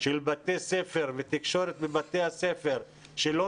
של בתי ספר ותקשורת בבתי הספר שלא